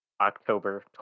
October